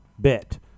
bit